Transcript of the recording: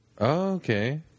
okay